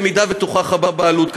אם תוכח הבעלות,